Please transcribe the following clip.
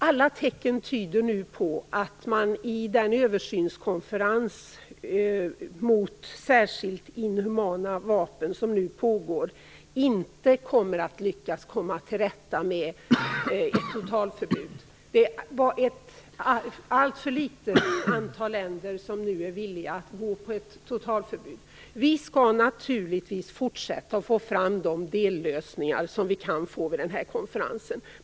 Alla tecken tyder nu på att man i den översynskonferens mot särskilt inhumana vapen som pågår inte kommer att lyckas nå fram till ett totalförbud. Alltför få länder är nu villiga att gå med på ett sådant. Vi skall naturligtvis fortsätta och få fram de dellösningar som vi kan få vid den här konferensen.